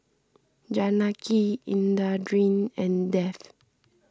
Janaki Indranee and Dev